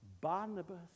Barnabas